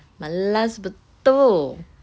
malas betul